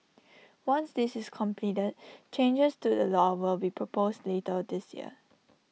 once this is completed changes to the law will be proposed later this year